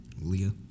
Leah